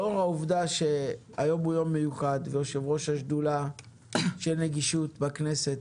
לאור העובדה שהיום הוא יום מיוחד ויושב-ראש שדולת הנגישות בכנסת